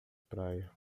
praia